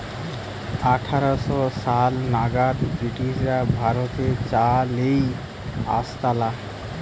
আঠার শ সাল নাগাদ ব্রিটিশরা ভারতে চা লেই আসতালা